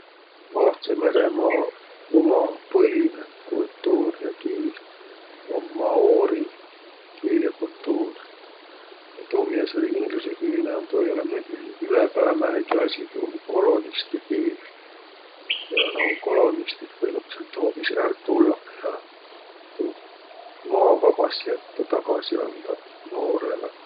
Vahtsõ-Meremaa uma põlinõ kultuur ja kiil um maoori kiil ja kultuur. Ja tuu, miä sääl inglüsekiilne um, tuu ei olõq m- ül- ülepää määnegi asi. Tuu um kolonistõ kiil. Ja nuuq kolonisti võinuq säält hoobis ärq tullaq ja tuu maa vabas jättäq, tagasi andaq maoorõlõ.